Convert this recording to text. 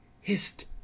hist